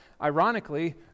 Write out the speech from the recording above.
ironically